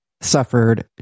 suffered